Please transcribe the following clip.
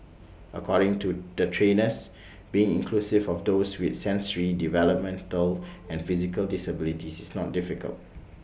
according to the trainers being inclusive of those with sensory developmental and physical disabilities is not difficult